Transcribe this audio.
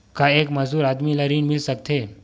का एक मजदूर आदमी ल ऋण मिल सकथे?